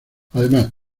además